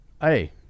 Hey